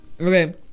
Okay